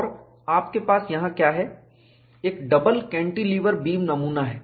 और आपके पास यहां क्या है एक डबल केंटिलीवर बीम नमूना है